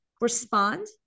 respond